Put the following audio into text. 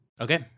Okay